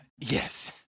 yes